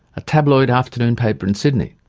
a tabloid afternoon paper in sydney.